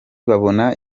babona